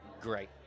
great